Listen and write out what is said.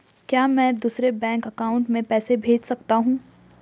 क्या मैं दूसरे बैंक अकाउंट में पैसे भेज सकता हूँ?